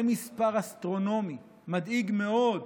זה מספר אסטרונומי, מדאיג מאוד.